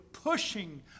pushing